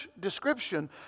description